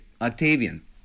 Octavian